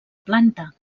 planta